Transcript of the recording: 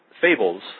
fables